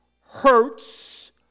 hurts